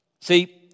See